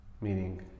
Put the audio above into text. meaning